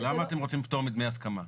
למה אתם רוצים פטור מדמי הסכמה?